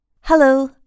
Hello